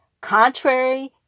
contrary